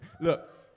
Look